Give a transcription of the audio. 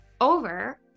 over